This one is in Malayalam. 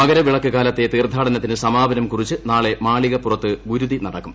മകരവിളക്ക് കാലത്തെ തീർത്ഥാടനത്തിനു സമാപനം കുറിച്ച് നാളെ മാളികപ്പുറത്ത് ഗുരുതി നടക്കും